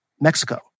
Mexico